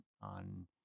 on